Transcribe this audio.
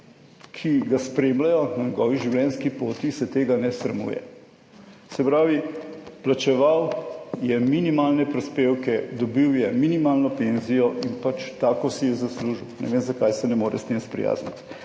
ki ga spremljajo na njegovi življenjski poti, se tega ne sramuje. Se pravi, plačeval je minimalne prispevke, dobil je minimalno penzijo in pač tako si je zaslužil. Ne vem zakaj se ne more s tem sprijazniti.